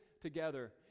together